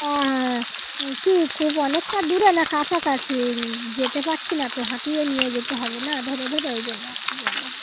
ও হ্যাঁ কী খুব অনেকটা দূরে না কাছাকাছি যেতে পারছি না তো হাঁটিয়ে নিয়ে যেতে হবে না ধরে ধরে ওই জন্য আর কি বললাম